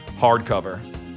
hardcover